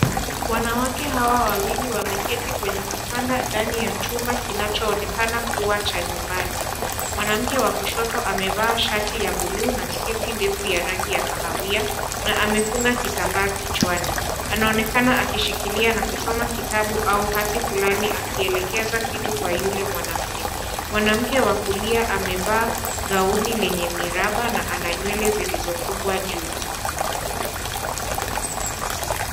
Wanawake hawa wawili wameketi kwenye kitanda, ndani ya chumba, kinachoonekana kuwa cha nyumbani. Mwanamke wa kushoto amevaa shati ya buluu na sketi ndefu ya rangi ya kahawia, na amefunga kitamba kichwani. Anaonekana akishikilia na kusoma kitabu au hati fulani akielekeza kitu kwa yule mwanamke. Mwanamke wa kulia amevaa gauni lenye miraba na ana nyweleze nilizofungwa juu.